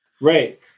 Right